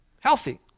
healthy